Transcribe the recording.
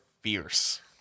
fierce